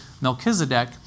Melchizedek